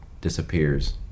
disappears